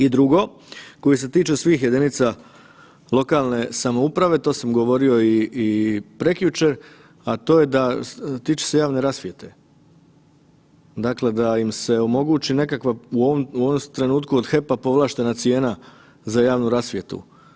I drugo koje se tiče svih jedinica lokalne samouprave, to sam govorio i prekjučer, a tiče se javne rasvjete, da im se omogući nekakva u ovom trenutku od HEP-a povlaštena cijena za javnu rasvjetu.